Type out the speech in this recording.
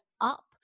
up